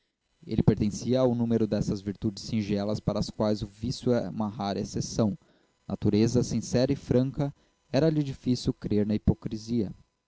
ele pertencia ao número dessas virtudes singelas para as quais o vício é uma rara exceção natureza sincera e franca era-lhe difícil crer na hipocrisia